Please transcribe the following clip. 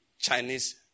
Chinese